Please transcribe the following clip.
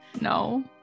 No